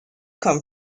come